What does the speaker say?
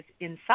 inside